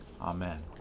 Amen